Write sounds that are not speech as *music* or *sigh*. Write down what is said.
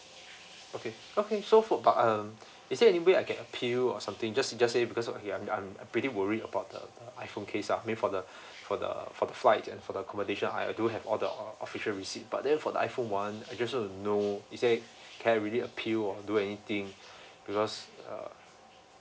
okay okay so for but um *breath* is there anyway I can appeal or something just just say because okay I'm I'm pretty worried about the uh iPhone case ah I mean for the *breath* for the for the flight and for the accommodation I do have all the official receipt but then for the iPhone one I just want to know is there can I really appeal or do anything *breath* because uh